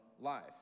life